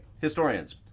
Historians